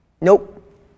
Nope